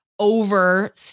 over